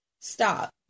Stop